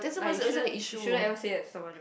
like you shouldn't you shouldn't ever say at someone right